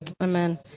Amen